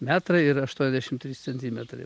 metrą ir aštuoniasdešimt trys centimetrai